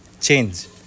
change